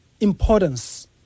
importance